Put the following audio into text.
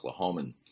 Oklahoman